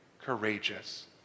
courageous